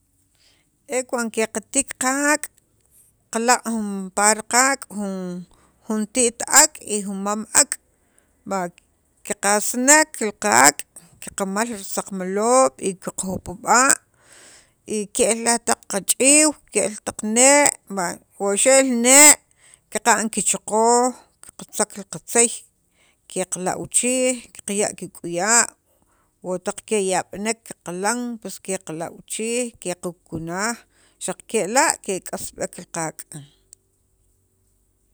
e cuando katiik qaak' qalaq' jun par qaak' jun te't ak' y jun mam ak' va kiqasnek li qaak' kiqamal risaqmaloob' y qajupub'a' y ke'l taq qach'iiw ke'l taq nee' va wa xa'l li nee' qaqa'n kichoqooj qatzaq li qatzeey keqlawchijj, qaqya' kik'uya' wo taq keyab'nek qaqilan pues qeqlawchij qeqa qakunaj xaq kela' kek'asb'ek li qaak'.